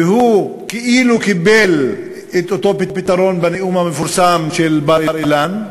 והוא כאילו קיבל את אותו פתרון בנאום המפורסם של בר-אילן,